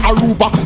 Aruba